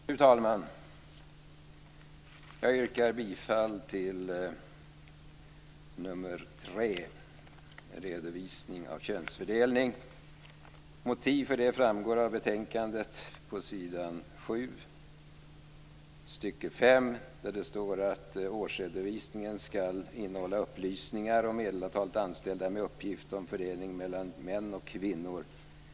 Fru talman! Jag yrkar bifall till reservation 2 under mom. 3 om redovisning av könsfördelning. Motiven framgår av betänkandet på s. 7. I femte stycket står det att årsredovisningen ska innehålla upplysningar om medelantalet anställda personer med uppgift om fördelningen mellan män och kvinnor.